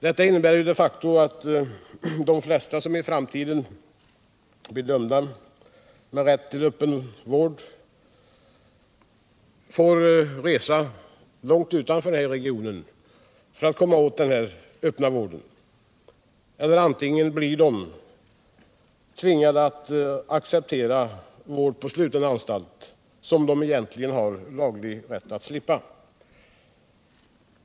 Detta innebär de facto att de flesta som i framtiden blir dömda med rätt till öppen vård måste resa långt utanför denna region för att få den öppna vården. I annat fall blir de tvingade att acceptera vård på sluten anstalt, som de egentligen har laglig rätt att slippa.